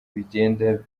bigenda